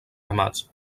ramats